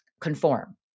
conform